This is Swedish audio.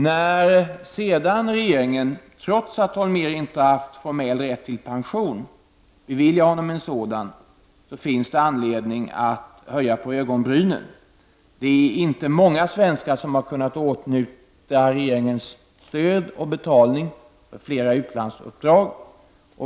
När sedan regeringen trots att Holmér inte har haft formell rätt till pension beviljar honom en sådan, finns det anledning att höja på ögonbrynen. Det är inte många svenskar som har kunnat åtnjuta regeringens stöd och betalning för flera utlandsuppdrag.